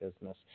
business